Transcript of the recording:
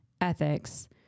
ethics